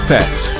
Pets